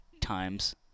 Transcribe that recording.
times